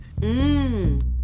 mmm